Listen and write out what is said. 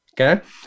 okay